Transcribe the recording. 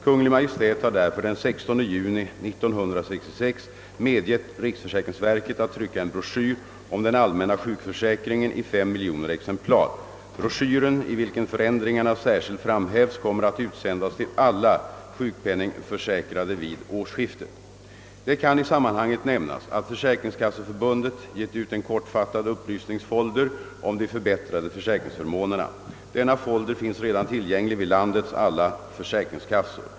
Kungl. Maj:t har därför den 16 juni 1966 medgett riksförsäkringsverket att trycka en broschyr om den allmänna sjukförsäkringen i 5 miljoner exemplar. Broschyren, i vilken förändringarna särskilt framhävs, kommer att utsändas till alla sjukpenningförsäkrade vid årsskiftet. Det kan i sammanhanget nämnas att Försäkringskasseförbundet gett ut en kortfattad upplysningsfolder om de för bättrade försäkringsförmånerna. Denna folder finns redan tillgänglig vid landets alla försäkringskassor.